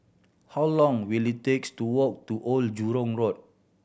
how long will it takes to walk to Old Jurong Road